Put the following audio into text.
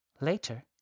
Later